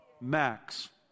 Max